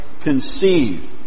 conceived